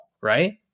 right